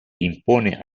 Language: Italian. impone